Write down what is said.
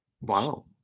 Wow